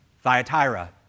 Thyatira